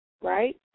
right